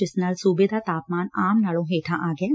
ਜਿਸ ਨਾਲ ਸੁਬੇ ਦਾ ਤਾਪਮਾਨ ਆਮ ਨਾਲੋ ਹੇਠਾ ਆ ਗਿਐ